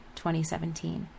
2017